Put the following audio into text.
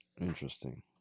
Interesting